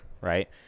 Right